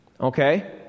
Okay